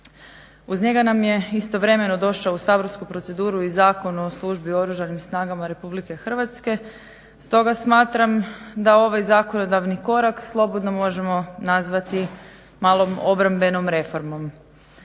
Uz njega nam je istovremeno došao u saborsku proceduru i Zakon o službi u Oružanim snagama RH stoga smatram da ovaj zakonodavni korak slobodno možemo nazvati malom obrambenom reformom.